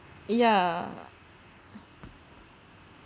yeah